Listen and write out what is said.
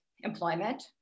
employment